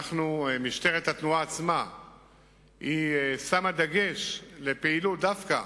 משטרת התנועה עצמה שמה דגש בפעילות דווקא